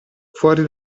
fuori